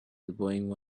elbowing